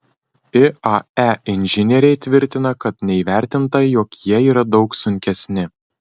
iae inžinieriai tvirtina kad neįvertinta jog jie yra daug sunkesni